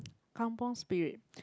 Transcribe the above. kampung Spirit